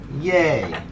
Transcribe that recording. Yay